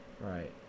Right